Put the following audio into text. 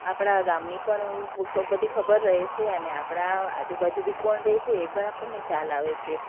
આપણા ગામની પણ બધી ખબર રહે છે અને આપણા આજુબાજુ બી કોણ રહે છે એ પણ આપણને ખ્યાલ આવે છે